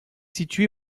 situé